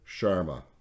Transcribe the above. Sharma